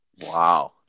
Wow